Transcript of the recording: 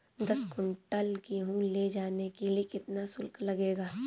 दस कुंटल गेहूँ ले जाने के लिए कितना शुल्क लगेगा?